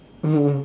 mmhmm